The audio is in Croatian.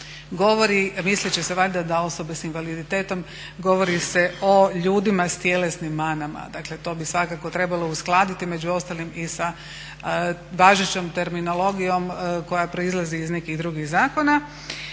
govori misleći se valjda da osobe sa invaliditetom, govori se o ljudima s tjelesnim manama. Dakle, to bi svakako trebalo uskladiti među ostalim i sa važećom terminologijom koja proizlazi iz nekih drugih zakona.